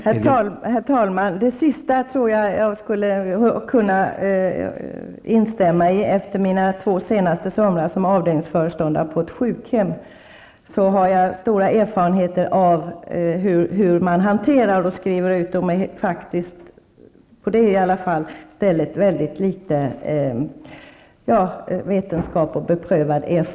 Herr talman! Det sista tror jag att jag kan instämma i efter mina två senaste somrar som avdelningsföreståndare på ett sjukhem. Därifrån har jag stora erfarenheter av hur man med vetenskap och beprövad erfarenhet bakom sig skriver ut väldigt litet läkemedel.